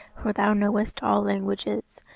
for thou knowest all languages,